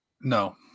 no